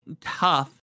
tough